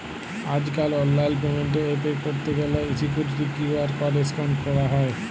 আজ কাল online payment এ পে ক্যরত গ্যালে সিকুইরিটি কিউ.আর কড স্ক্যান ক্যরা হ্য়